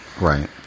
Right